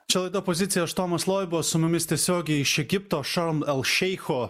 čia laida pozicija aš tomas loiba o su mumis tiesiogiai iš egipto šarm el šeicho